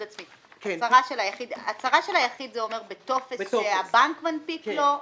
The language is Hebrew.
הצהרה של יחיד בטופס שהבנק מנפיק לו?